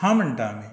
हां म्हणटा आमी